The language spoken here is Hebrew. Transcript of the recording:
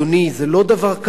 זה לא דבר קטן,